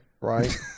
right